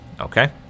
Okay